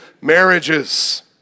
marriages